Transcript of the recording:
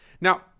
Now